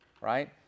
right